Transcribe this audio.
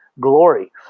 glory